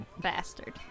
Bastard